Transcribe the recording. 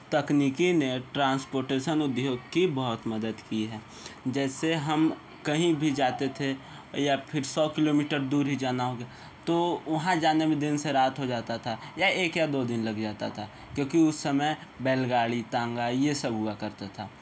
तकनीकी ने ट्रांसपोटेसन उद्योग की बहुत मदद की है जैसे हम कहीं भी जाते थे या फिर सौ किलोमीटर दूर ही जाना हो गया तो वहाँ जाने में दिन से रात हो जाता था या एक या दो दिन लग जाता था क्योंकि उस समय बैलगाड़ी तांगा ये सब हुआ करता था